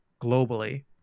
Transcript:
globally